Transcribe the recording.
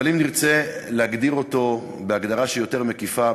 אבל אם נרצה להגדיר אותו בהגדרה שהיא יותר מקיפה,